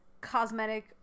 cosmetic